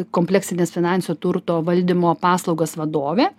kompleksinės finansinio turto valdymo paslaugas vadovė